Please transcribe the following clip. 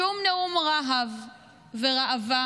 שום נאום רהב וראווה,